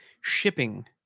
shipping